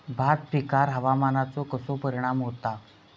भात पिकांर हवामानाचो कसो परिणाम होता?